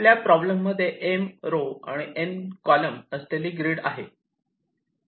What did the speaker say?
आपल्या प्रॉब्लेम मध्ये M row आणि N कॉलम असलेली ग्रीड आहे